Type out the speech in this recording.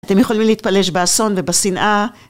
אתם יכולים להתפלש באסון ובשנאה.